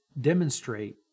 demonstrate